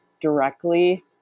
directly